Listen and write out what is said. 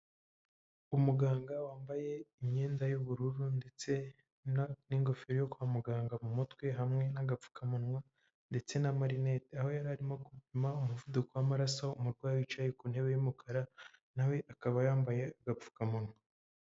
Umuganga wambaye imyenda y'ubururu, ndetse n'ingofero yo kwa muganga mu mutwe; hamwe nagapfukamunwa, ndetse na marinete aho yari arimo gupima umuvuduko wa'mararaso umurwayi wicaye ku ntebe yumukara, nawe akaba yambaye agapfukamunwa.